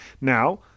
now